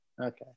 Okay